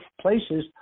places